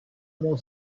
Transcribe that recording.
mon